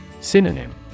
Synonym